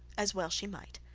as well she might,